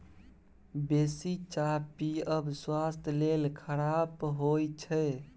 बेसी चाह पीयब स्वास्थ्य लेल खराप होइ छै